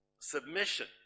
submission